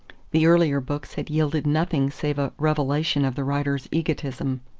the earlier books had yielded nothing save a revelation of the writer's egotism.